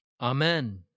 Amen